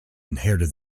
inherited